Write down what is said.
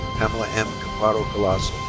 pamela m. chaparro collazo.